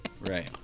Right